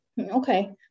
Okay